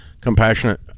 compassionate